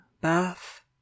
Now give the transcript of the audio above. bath